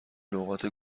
لغات